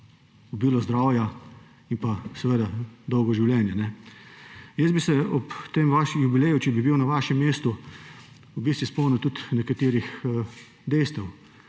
obilo zdravja in dolgo življenje. Jaz bi se ob tem jubileju, če bi bil na vašem mestu, spomnil tudi nekaterih dejstev.